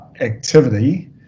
activity